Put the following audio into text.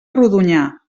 rodonyà